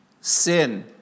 sin